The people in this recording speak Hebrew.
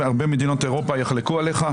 הרבה מדינות אירופה יחלקו עליך.